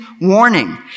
warning